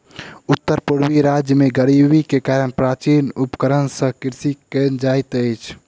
उत्तर पूर्वी राज्य में गरीबी के कारण प्राचीन उपकरण सॅ कृषि कयल जाइत अछि